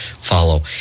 follow